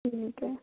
ਠੀਕ ਹੈ